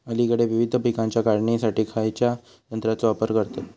अलीकडे विविध पीकांच्या काढणीसाठी खयाच्या यंत्राचो वापर करतत?